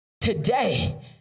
Today